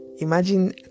imagine